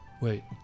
Wait